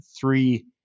three